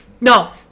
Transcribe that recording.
No